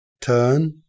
Turn